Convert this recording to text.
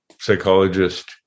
psychologist